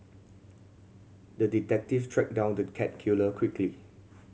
the detective tracked down the cat killer quickly